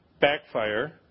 backfire